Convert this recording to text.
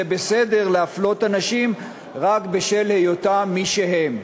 בסדר להפלות אנשים רק בשל היותם מי שהם,